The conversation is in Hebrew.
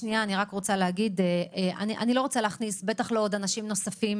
אני לא רוצה להכניס עוד אנשים נוספים